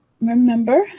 remember